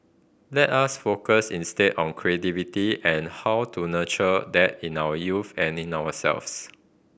let us focus instead on creativity and how to nurture that in our youth and in ourselves